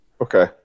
Okay